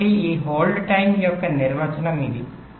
కాబట్టి ఈ hold times యొక్క నిర్వచనం ఇది